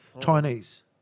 Chinese